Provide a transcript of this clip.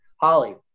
Holly